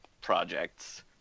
projects